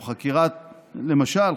למשל,